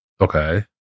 Okay